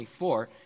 24